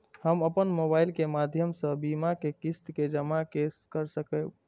हम अपन मोबाइल के माध्यम से बीमा के किस्त के जमा कै सकब?